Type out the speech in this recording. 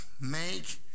make